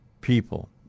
people